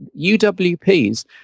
UWPs